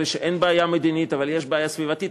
אלה שאין בהם בעיה מדינית אבל יש בעיה סביבתית.